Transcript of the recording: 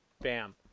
Bam